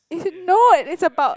it's no it is about